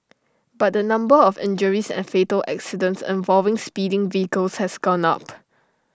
but the number of injuries and fatal accidents involving speeding vehicles has gone up